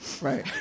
Right